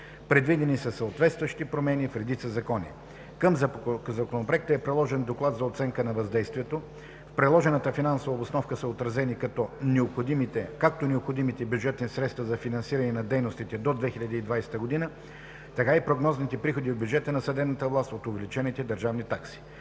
Предвидени са съответстващи промени в редица закони. Към Законопроекта е приложен Доклад за оценка на въздействието. В приложената финансова обосновка са отразени както необходимите бюджетни средства за финансиране на дейностите до 2020 г., така и прогнозните приходи в бюджета на съдебната власт от увеличените държавни такси.